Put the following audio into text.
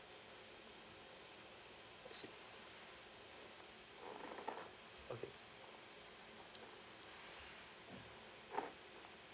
I see okay